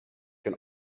can